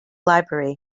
library